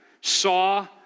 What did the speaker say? saw